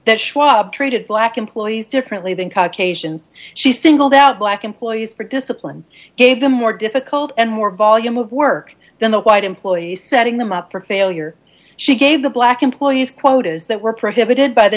that schwab treated black employees differently than cock asians she singled out black employees for discipline gave them more difficult and more volume of work then the white employees setting them up for failure she gave the black employees quotas that were prohibited by the